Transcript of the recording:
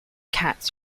cats